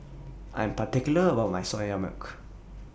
I'm particular about My Soya Milk